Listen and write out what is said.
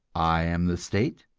i am the state,